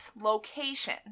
location